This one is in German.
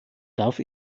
darf